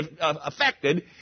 affected